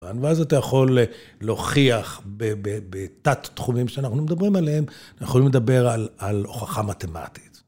ואז אתה יכול להוכיח בתת תחומים שאנחנו מדברים עליהם, אנחנו יכולים חדבר על הוכחה מתמטית.